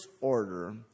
order